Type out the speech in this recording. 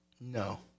No